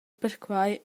perquai